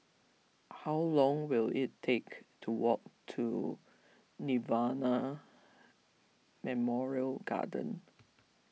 how long will it take to walk to Nirvana Memorial Garden